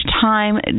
time